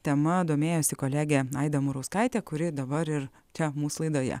tema domėjosi kolegė aida murauskaitė kuri dabar ir čia mūsų laidoje